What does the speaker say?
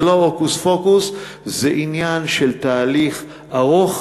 זה לא הוקוס פוקוס, זה עניין של תהליך ארוך.